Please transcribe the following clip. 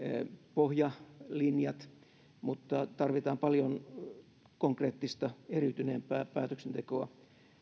pohjalinjat mutta tarvitaan paljon konkreettista eriytyneempää päätöksentekoa